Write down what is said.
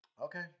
Okay